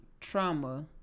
trauma